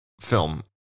film